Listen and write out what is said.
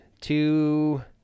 two